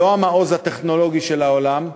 לא המעוז הטכנולוגי של העולם,